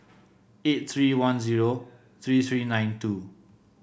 eight three one zero three three nine two